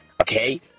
okay